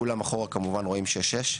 כולם אחורה כמובן רואים שש-שש,